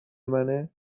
منه